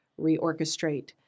reorchestrate